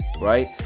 right